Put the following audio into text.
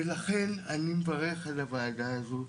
ולכן אני מברך על הוועדה הזו.